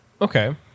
Okay